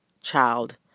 child